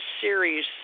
series